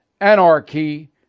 anarchy